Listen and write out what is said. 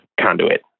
conduit